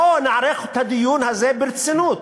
בואו נערוך את הדיון הזה ברצינות,